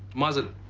mazel.